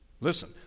Listen